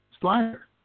Slider